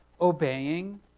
obeying